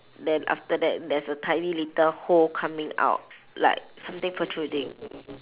then after that there's a tiny little hole coming out like something protruding